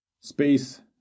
space